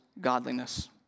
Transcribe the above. godliness